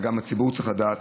וגם הציבור צריך לדעת,